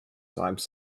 times